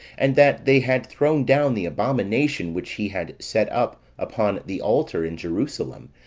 and that they had thrown down the abomination which he had set up upon the altar in jerusalem,